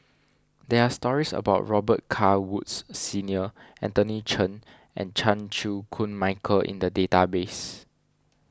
there are stories about Robet Carr Woods Senior Anthony Chen and Chan Chew Koon Michael in the database